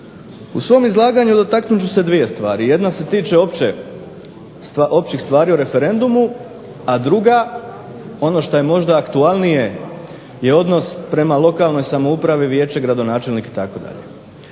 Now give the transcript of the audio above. U svom izlaganju dotaknut ću se dvije stvari. Jedna se tiče općih stvari o referendumu, a druga ono što je možda aktualnije je odnos prema lokalnoj samoupravi vijeće, gradonačelnik itd. Dakle,